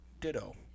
Ditto